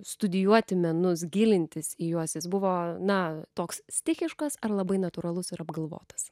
studijuoti menus gilintis į juos jis buvo na toks stichiškas ar labai natūralus ir apgalvotas